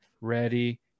Ready